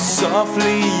softly